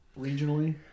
regionally